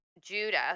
Judah